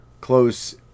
close